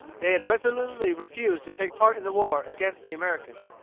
they had resolutely refused to take part in the war against the americans.